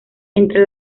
entre